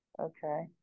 Okay